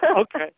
Okay